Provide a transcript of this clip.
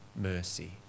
mercy